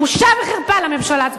בושה וחרפה לממשלה הזו.